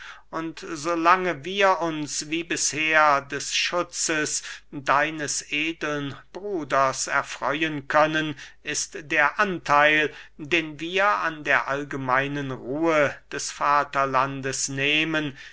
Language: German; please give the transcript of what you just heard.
und so lange wir uns wie bisher des schutzes deines edeln bruders erfreuen können ist der antheil den wir an der allgemeinen ruhe des vaterlandes nehmen